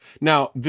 Now